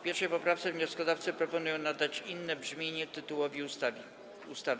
W 1. poprawce wnioskodawcy proponują nadać inne brzmienie tytułowi ustawy.